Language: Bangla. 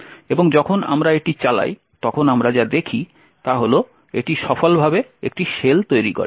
এবং যখন আমরা এটি চালাই তখন আমরা যা দেখি তা হল এটি সফলভাবে একটি শেল তৈরি করে